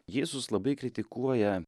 jėzus labai kritikuoja